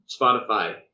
Spotify